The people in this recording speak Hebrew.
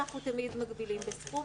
אנחנו תמיד מגבילים בסכום,